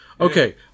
okay